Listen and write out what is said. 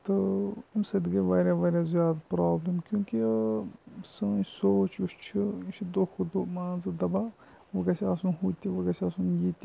تہٕ اَمہِ سۭتۍ گٔے واریاہ واریاہ زیادٕ پرٛابلِم کیونکہِ سٲنۍ سونٛچ یُس چھِ یہِ چھِ دۄہ کھۄتہٕ دۄہ مان ژٕ دَپان وَۄنۍ گژھِ آسُن ہُہ تہِ وَۄنۍ گژھِ آسُن یہِ تہِ